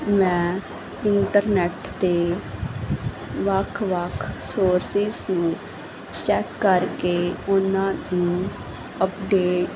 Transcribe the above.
ਮੈਂ ਇੰਟਰਨੈਟ 'ਤੇ ਵੱਖ ਵੱਖ ਸੋਰਸਿਸ ਨੂੰ ਚੈੱਕ ਕਰਕੇ ਉਹਨਾਂ ਨੂੰ ਅਪਡੇਟ